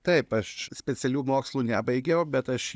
taip aš specialių mokslų nebaigiau bet aš